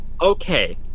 Okay